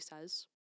says